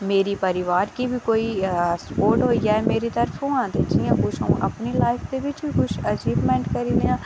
मेरे परोआर गी बी कोई स्पोर्ट होई जाए मेरी तरफा दा ते जि'यां अपनी लाईफ च बी किश किश अचीवमेंट करी लेआं